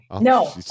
No